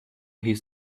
his